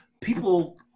people